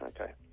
okay